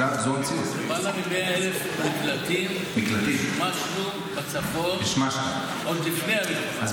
למעלה מ-100,000 מקלטים השמשנו בצפון עוד לפני המלחמה.